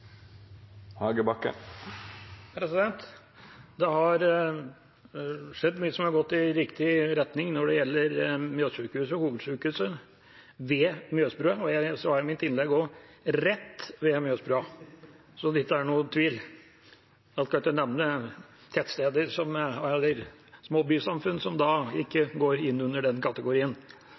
Det har skjedd mye som har gått i riktig retning når det gjelder Mjøssykehuset og hovedsykehuset ved Mjøsbrua. Jeg sa i mitt innlegg også «rett ved Mjøsbrua», så ikke det er noen tvil. Jeg skal ikke nevne tettsteder eller små bysamfunn som ikke går inn under den kategorien.